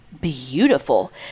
beautiful